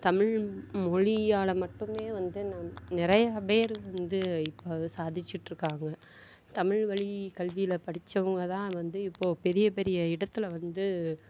தமிழ் மொழியால் மட்டுமே வந்து நம் நிறையா பேர் வந்து இப்போ சாதிச்சிட்டு இருக்காங்க தமிழ் வழிக்கல்வியில் படித்தவங்க தான் வந்து இப்போது பெரிய பெரிய இடத்தில் வந்து